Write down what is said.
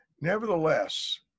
Nevertheless